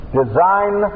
design